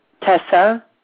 Tessa